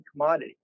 commodity